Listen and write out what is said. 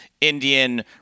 Indian